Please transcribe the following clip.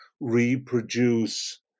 reproduce